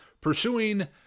pursuing